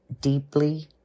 Deeply